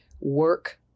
work